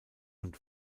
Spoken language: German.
und